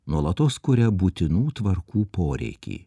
nuolatos kuria būtinų tvarkų poreikį